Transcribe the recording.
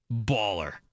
Baller